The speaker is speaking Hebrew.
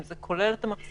אם זה כולל את המחסן,